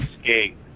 escape